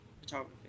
photography